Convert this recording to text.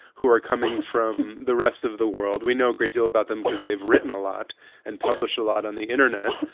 who are coming from the rest of the world. we know a great deal about them because they've written a lot and published a lot on the internet.